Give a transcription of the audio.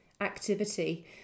activity